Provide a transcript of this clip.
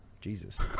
Jesus